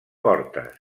portes